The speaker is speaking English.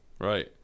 Right